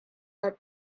that